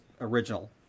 original